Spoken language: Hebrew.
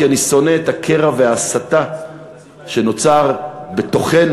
כי אני שונא את הקרע וההסתה שנוצרים בתוכנו,